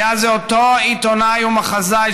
היה זה אותו עיתונאי ומחזאי,